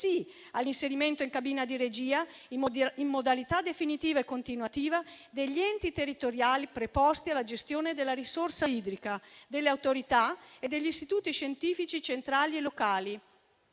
di regia non sono previsti in modalità definitiva e continuativa nemmeno gli enti territoriali preposti alla gestione della risorsa idrica, le autorità e gli istituti scientifici centrali e locali,